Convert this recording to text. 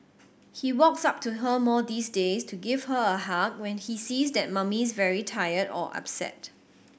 he walks up to her more these days to give her a hug when he sees that Mummy's very tired or upset